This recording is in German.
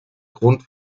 grund